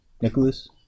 Nicholas